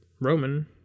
Roman